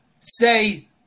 say